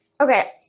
okay